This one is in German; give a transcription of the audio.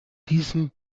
diesem